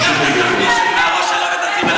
תמשיכי, גברתי.